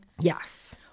Yes